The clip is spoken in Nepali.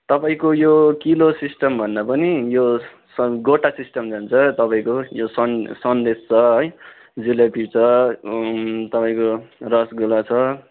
तपाईँको यो किलो सिस्टमभन्दा पनि यो सङ् गोटा सिस्टम जान्छ तपाईँको यो सन् सन्देश छ है जुलपी छ तपाईँको रसगुल्ला छ